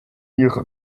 ihre